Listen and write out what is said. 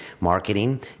marketing